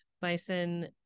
Bison